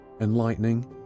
enlightening